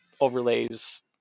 overlays